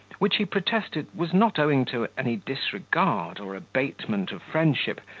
which he protested, was not owing to any disregard, or abatement of friendship,